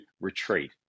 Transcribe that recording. retreat